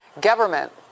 Government